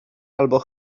albo